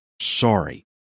sorry